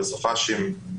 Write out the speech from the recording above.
בסופ"שים,